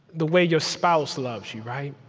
the way your spouse loves you, right?